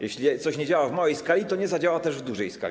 Jeśli coś nie działa w małej skali, to nie zadziała też w dużej skali.